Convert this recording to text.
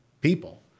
people